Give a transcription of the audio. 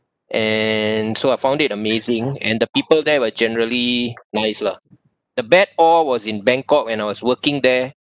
and so I found it amazing and the people there were generally nice lah the bad awe was in bangkok when I was working there